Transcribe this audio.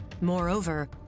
Moreover